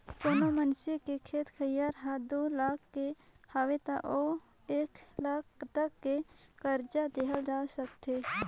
कोनो मइनसे के खेत खार हर दू लाख के हवे त ओला एक लाख तक के करजा देहल जा सकथे